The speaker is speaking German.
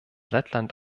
lettland